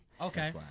Okay